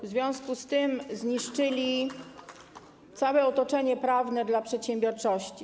W związku z tym zniszczyli całe otoczenie prawne dla przedsiębiorczości.